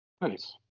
nice